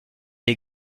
est